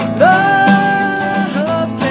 love